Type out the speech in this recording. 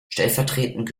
stellvertretend